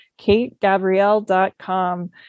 KateGabrielle.com